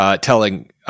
telling